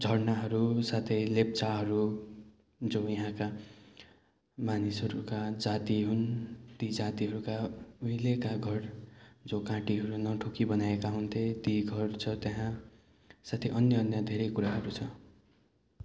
झर्नाहरू साथै लेप्चाहरू जो यहाँका मानिसहरूका जाति हुन् त्यही जातिहरूका उहिलेका घर जो काँटीहरू नठोकी बनाएका हुन्थे ती घर छ त्यहाँ साथै अन्य अन्य धेरै कुराहरू छ